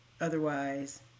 Otherwise